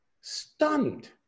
stunned